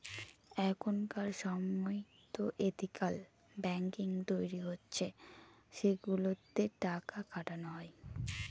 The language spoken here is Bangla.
এখনকার সময়তো এথিকাল ব্যাঙ্কিং তৈরী হচ্ছে সেগুলোতে টাকা খাটানো হয়